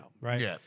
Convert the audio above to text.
Right